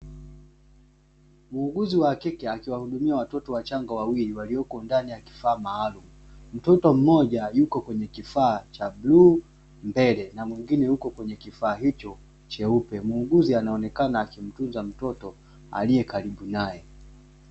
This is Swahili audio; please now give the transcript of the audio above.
Muuguzi wa kike akiwahudumia watoto wachanga wawili, walioko ndani ya kifaa maalumu. Mtoto Mmoja yuko kwenye kifaa cha bluu mbele, na mwingine yuko kwenye kifaa hicho cheupe. Muuguzi anaonekana akimtunza mtoto aliye karibu naye.